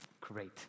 Great